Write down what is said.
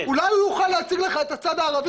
אולי הוא יוכל להציג לך את הצד הערבי,